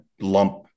lump